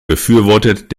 befürwortet